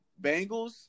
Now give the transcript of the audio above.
Bengals